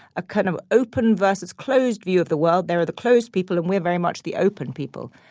a kind of open versus closed view of the world. there are the closed people and we are very much the open people.